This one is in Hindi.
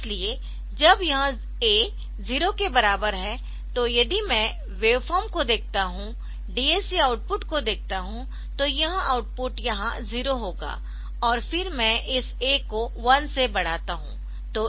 इसलिए जब यह A 0 के बराबर है तो यदि मैं वेवफॉर्म को देखता हूं DAC आउटपुट को देखता हूं तो यह आउटपुट यहां 0 होगा और फिर मैं इस A को 1 से बढ़ाता हूं